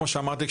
כמו שאמרתי,